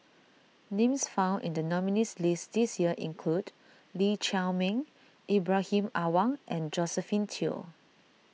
names found in the nominees' list this year include Lee Chiaw Meng Ibrahim Awang and Josephine Teo